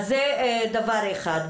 זה דבר אחד.